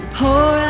pour